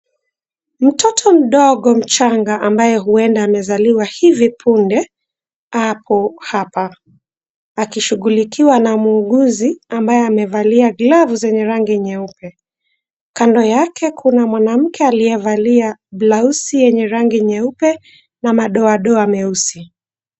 Mtoto mdogo mchanga, ambaye huenda amezaliwa hivi punde ako hapa, akishughulikiwa na mwuguzi ambaye amevalia glavu zenye rangi nyeupe. Kando yake kuna mwanamke aliyevalia blausi yenye rangi nyeupe na madoadoa meusi.